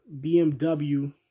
BMW